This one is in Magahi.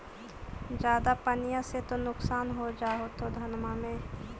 ज्यादा पनिया से तो नुक्सान हो जा होतो धनमा में?